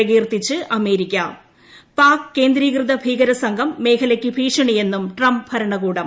പ്രകീർത്തിച്ച് America Pak കേന്ദ്രീകൃത ഭീകരസംഘം മേഖലയ്ക്ക് ഭീഷണിയെന്നും ട്രംപ് ഭരണകൂടം